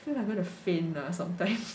then I'm going to faint lah sometime